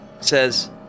says